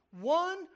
one